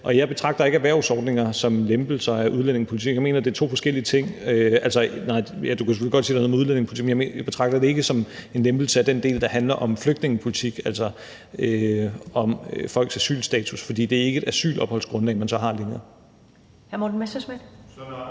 Og jeg betragter ikke erhvervsordninger som lempelser af udlændingepolitikken. Jeg mener, det er to forskellige ting. Du kan selvfølgelig godt sige, at det har noget med udlændingepolitik at gøre, men jeg betragter det ikke som en lempelse af den del, der handler om flygtningepolitik, altså om folks asylstatus, for det er så ikke længere et asylopholdsgrundlag, man har. Kl.